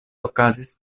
okazis